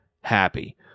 happy